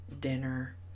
dinner